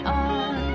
on